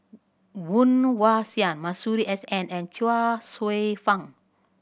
Woon Wah Siang Masuri S N and Chuang Hsueh Fang